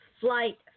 flight